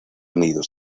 nidos